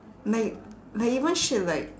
like like even shit like